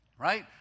right